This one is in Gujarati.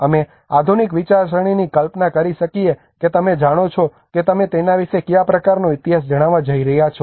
અમે આધુનિક વિચારસરણીની કલ્પના કરી શકીએ છીએ કે તમે જાણો છો કે તમે તેના વિશે કયા પ્રકારનો ઇતિહાસ જણાવવા જઇ રહ્યા છો